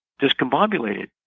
discombobulated